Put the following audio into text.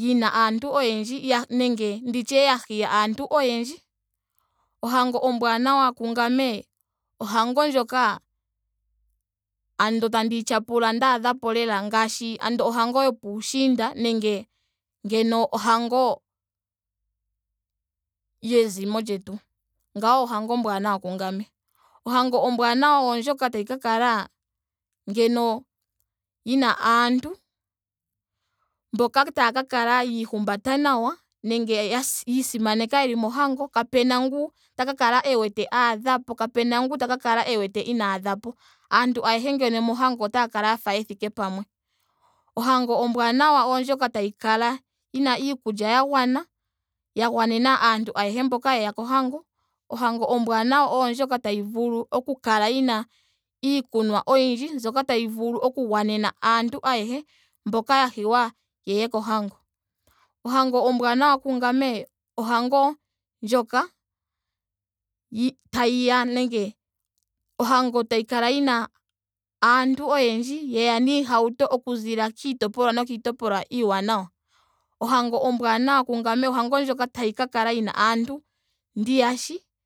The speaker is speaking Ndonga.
yina aantu oyendji nenge nditye ya hiya aantu oyendji. Ohango ombwaanawa kungame andola ohango ndjoka tayi tyapula ndaadhapo nawa lela andola ngaashi ohango yopuushiinda nenge andola ohango yezimo lyetu. Ngawo ohango ombwaanaa kungame. Ohango ombwaanawa oondjoka tayi ka kala ngeno yina aantu mboka taaka kala yiihumbata nawa nenge ya si- yiisimaneka yeli mohango. kapena ngu ta kala e wete aadhapo. kapena ngoka taka kala e wete inaa adhapo. Aantu ngeno ayehe mohango otaya kala ya fa thike pamwe. Ohango ombwaanawa oondjoka tayi kala yina iikulya ya gwana. ya gwanena aantu ayehe mboka yeya kohango. ohango ombwanawa oondjoka tayi vulu oku kala yina iikunwa oyindji mbyoka tyi vulu oku gwanena aantu ayehe mboka ya hiywa yeye kohango. Ohango ombwaanawa kungame ohango ndjoka yi- tayiya nenge ohango tayi kala yina aantu oyendji. yeya niihauto okuzilila kiitopolwa nokiitopolwa iiwanawa. Ohango ombwaanawa kungame ohango ndjoka tayi ka kala yina aantu ndiya shi